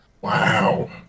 wow